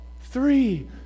three